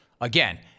Again